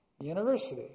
University